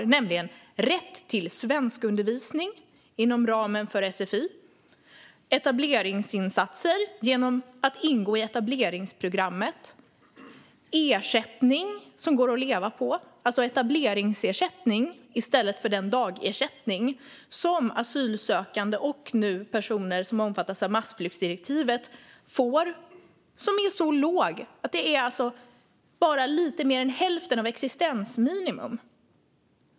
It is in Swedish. Det handlar om rätt till svenskundervisning inom ramen för sfi, etableringsinsatser genom att ingå i etableringsprogrammet och ersättning som går att leva på, det vill säga etableringsersättning i stället för den dagersättning som asylsökande och nu även personer som omfattas av massflyktsdirektivet får. Den är så låg att den bara är lite mer än hälften av existensminimum.